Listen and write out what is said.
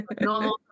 normal